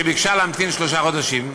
שהיא ביקשה להמתין שלושה חודשים,